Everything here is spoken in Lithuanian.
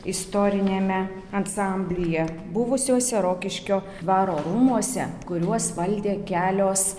istoriniame ansamblyje buvusiuose rokiškio dvaro rūmuose kuriuos valdė kelios